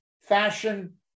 fashion